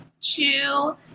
two